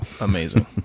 amazing